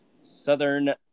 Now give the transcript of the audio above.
Southern